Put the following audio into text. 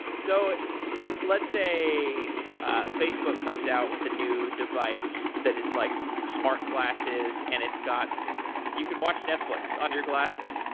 so let's say ah facebook comes out with a new device that is like smart glasses and it's got you can watch netflix on your glasses,